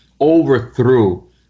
overthrew